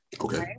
Okay